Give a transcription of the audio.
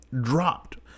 dropped